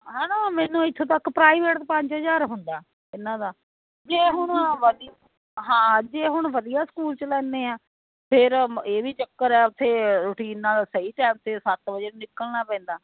ਹੈ ਨਾ ਮੈਨੂੰ ਇੱਥੋਂ ਤੱਕ ਪ੍ਰਾਈਵੇਟ ਤਾਂ ਪੰਜ ਹਜ਼ਾਰ ਹੁੰਦਾ ਇਹਨਾਂ ਦਾ ਜੇ ਹੁਣ ਹਾਂ ਜੇ ਹੁਣ ਵਧੀਆ ਸਕੂਲ 'ਚ ਲੈਂਦੇ ਹਾਂ ਫਿਰ ਇਹ ਵੀ ਚੱਕਰ ਆ ਉੱਥੇ ਰੂਟੀਨ ਨਾਲ ਸਹੀ ਟਾਈਮ 'ਤੇ ਸੱਤ ਵਜੇ ਨਿਕਲਣਾ ਪੈਂਦਾ